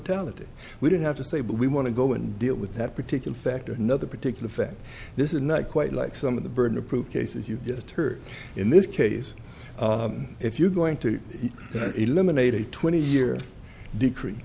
totality we didn't have to say but we want to go and deal with that particular fact another particular fact this is not quite like some of the burden of proof cases you just heard in this case if you are going to eliminate a twenty year decree